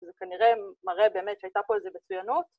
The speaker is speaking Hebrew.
‫זה כנראה מראה באמת ‫שהייתה פה איזו מצוינות.